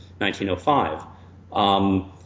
1905